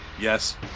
Yes